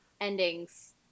endings